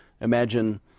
imagine